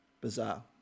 Bizarre